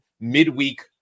midweek